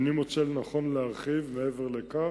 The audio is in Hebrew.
אינני מוצא לנכון להרחיב מעבר לכך.